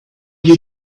you